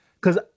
cause